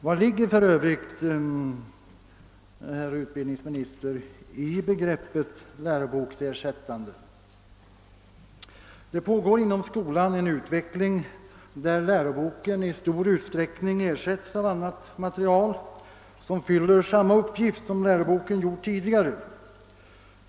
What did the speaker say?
Vad ligger för övrigt, herr utbildningsminister, i begreppet läroboksersättande? Det pågår inom skolan en utveckling där läroboken i stor utsträckning ersätts av annan materiel som fyller samma uppgift som läroboken gjort tidigare.